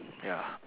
ya